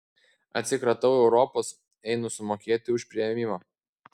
atsikratau europos einu sumokėti už priėmimą